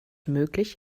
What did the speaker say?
möglich